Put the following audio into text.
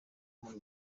muri